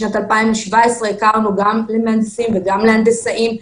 בשנת 2017 הכרנו גם למהנדסים וגם להנדסאים.